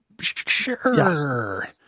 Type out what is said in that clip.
Sure